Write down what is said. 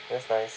that's nice